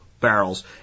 barrels